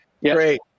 great